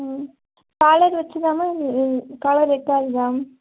ம் காலர் வச்சுத்தானா இல் ம் காலர் வைக்காததா